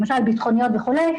למשל ביטחוניות וכולי.